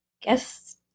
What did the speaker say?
guess